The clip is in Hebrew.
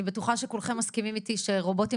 אני בטוחה שכולכם מסכימים איתי שרובוטים